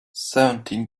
seventeen